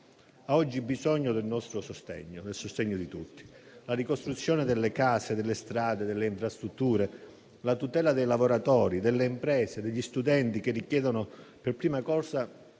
oggi ha bisogno del nostro sostegno, del sostegno di tutti. La ricostruzione delle case, delle strade, delle infrastrutture, la tutela dei lavoratori, delle imprese, degli studenti richiedono, prima di